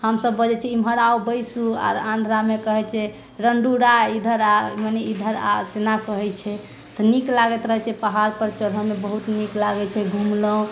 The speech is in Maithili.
हमसब बजै छी एमहर आउ बैसू आओर आन्ध्रामे कहै छै रण्डू रा इधर आ मने इधर आ तेना कहै छै तऽ नीक लागैत रहै छै पहाड़पर चढ़ैमे बहुत नीक लागै छै घुमलहुँ